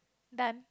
done